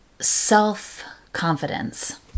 self-confidence